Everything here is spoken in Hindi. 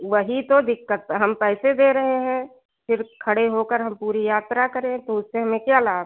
वही तो दिक़्क़त हम पैसे दे रहे हैं फिर खड़े होकर हम पूरी यात्रा करें तो उससे हमें क्या लाभ